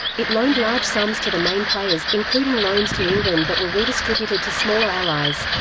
it loaned large sums to the main players, including loans to england that were redistributed to smaller allies.